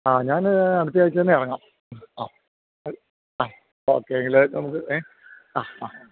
ആ ഞാന് അടുത്ത ആഴ്ച തന്നെ ഇറങ്ങാം ആ ആ ഓക്കെ എങ്കില് നമുക്ക് ഏ ആ ആ